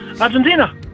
Argentina